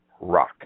rock